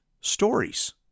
stories